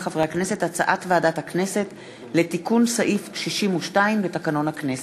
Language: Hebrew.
הצעת ועדת הכנסת לתיקון סעיף 62 לתקנון הכנסת.